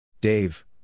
Dave